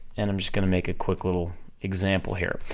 and i'm just gonna make a quick little example here.